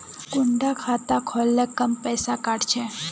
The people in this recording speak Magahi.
कुंडा खाता खोल ले कम पैसा काट छे?